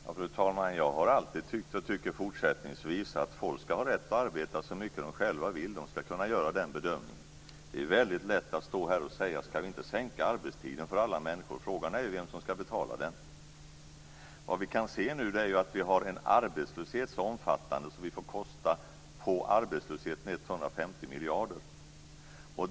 Fru talman! Jag har alltid tyckt, och tycker fortsättningsvis, att folk skall ha rätt att arbeta så mycket de själva vill. De skall kunna göra den bedömningen. Det är väldigt lätt att stå här och säga: Skall vi inte sänka arbetstiden för alla människor? Men frågan är vem som skall betala det. Vi kan se att vi nu har en arbetslöshet så omfattande att vi får kosta på den 150 miljarder kronor.